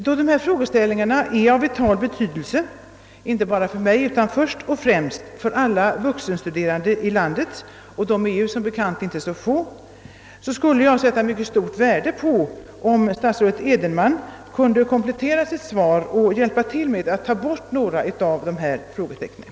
Då dessa frågeställningar är av vital betydelse inte bara för mig utan först och främst för alla vuxenstuderande i landet — och de är som bekant inte så få — skulle jag sätta stort värde på om statsrådet Edenman kunde komplettera sitt svar och hjälpa till att ta bort några av frågetecknen.